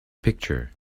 picture